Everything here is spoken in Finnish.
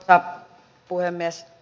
arvoisa puhemies